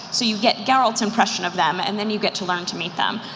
so you get geralt's impression of them, and then you get to learn to meet them.